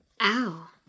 Ow